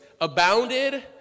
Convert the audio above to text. abounded